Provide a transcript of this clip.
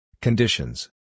Conditions